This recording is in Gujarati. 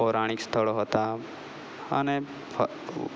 પૌરાણીક સ્થળો હતાં અને ફઉ